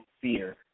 fear